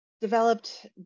developed